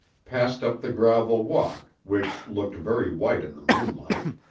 passed up the gravel walk, which looked very white in the moonlight,